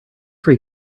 free